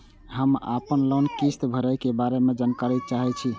हम आपन लोन किस्त भरै के बारे में जानकारी चाहै छी?